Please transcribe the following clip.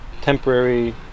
temporary